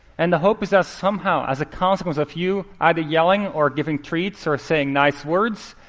and the hope is that, somehow, as a consequence of you either yelling, or giving treats, or saying nice words,